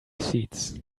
seeds